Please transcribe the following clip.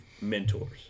mentors